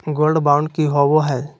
Gold bond की होबो है?